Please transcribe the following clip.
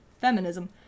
Feminism